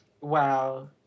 Wow